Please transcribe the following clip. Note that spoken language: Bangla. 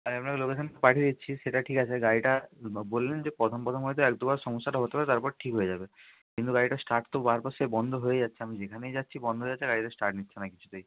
হ্যাঁ আপনাকে লোকেশান পাঠিয়ে দিচ্ছি সেটা ঠিক আছে গাড়িটা বললেন যে প্রথম প্রথম হয়তো এক দুবার সমস্যাটা হতে পারে তারপরে হয়তো ঠিক হয়ে যাবে কিন্তু গাড়িটার স্টার্ট তো বারবার সে বন্ধ হয়েই যাচ্ছে আমি যেখানেই যাচ্ছি বন্ধ হয়ে যাচ্ছে গাড়িটা স্টার্ট নিচ্ছে না কিছুতেই